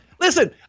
Listen